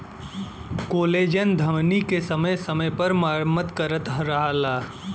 collagen धमनी के समय समय पर मरम्मत करत रहला